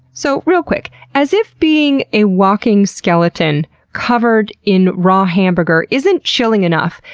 so real quick as if being a walking skeleton covered in raw hamburger isn't chilling enough,